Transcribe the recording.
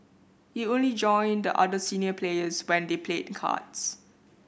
he only join the other senior players when they played cards